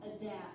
adapt